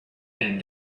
and